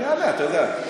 אני אענה, אתה יודע.